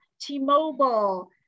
T-Mobile